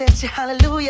Hallelujah